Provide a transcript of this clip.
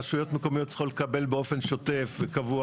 רשויות מקומיות צריכות לקבל באופן שוטף שבוע,